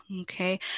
okay